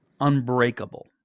unbreakable